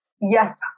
Yes